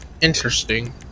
interesting